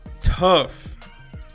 tough